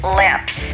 lips